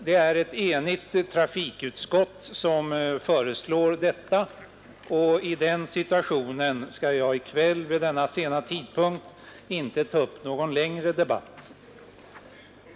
Det är ett enigt trafikutskott som föreslår detta, och i den situationen skall jag i kväll vid denna sena tidpunkt inte ta upp någon längre debatt.